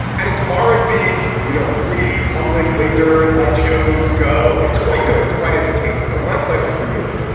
and as far as these, you know, free public laser light shows go, it's quite good. it's quite entertaining. but my question for you is,